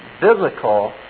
biblical